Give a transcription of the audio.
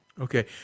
okay